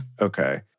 Okay